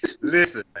Listen